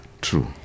True